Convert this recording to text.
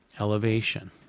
elevation